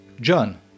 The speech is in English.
John